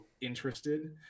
interested